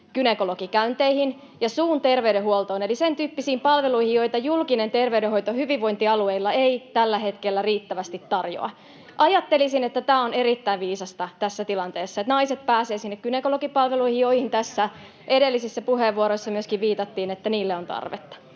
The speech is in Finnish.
gynekologikäynteihin ja suun terveydenhuoltoon eli sentyyppisiin palveluihin, joita julkinen terveydenhoito hyvinvointialueilla ei tällä hetkellä riittävästi tarjoa. Ajattelisin, että tämä on erittäin viisasta tässä tilanteessa, että naiset pääsevät sinne gynekologipalveluihin, joihin tässä edellisissä puheenvuoroissa myöskin viitattiin, että niille on tarvetta.